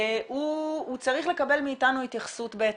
הוא צריך לקבל מאתנו התייחסות בהתאם.